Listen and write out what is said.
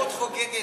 הבורות חוגגת.